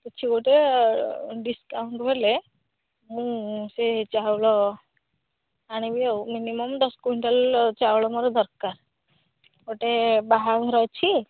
କିଛି ଗୋଟେ ଡିସ୍କାଉଣ୍ଟ୍ ହେଲେ ମୁଁ ସେ ଚାଉଳ ଆଣିବି ଆଉ ମିନିମମ୍ ଦଶ କୁଇଣ୍ଟାଲ୍ ଚାଉଳ ମୋର ଦରକାର ଗୋଟେ ବାହାଘର ଅଛି